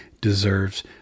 deserves